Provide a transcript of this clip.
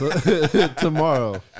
tomorrow